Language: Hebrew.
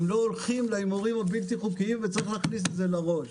הם לא הולכים להימורים הבלתי החוקיים וצריך להכניס את זה לראש.